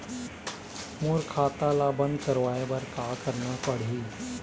मोर खाता ला बंद करवाए बर का करना पड़ही?